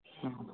ಹಾಂ ಹಾಂ